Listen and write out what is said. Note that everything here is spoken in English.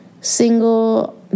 single